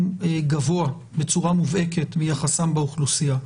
גבוה בצורה מובהקת מיחסם באוכלוסייה.